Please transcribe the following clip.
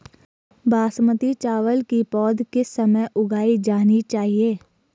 बासमती चावल की पौध किस समय उगाई जानी चाहिये?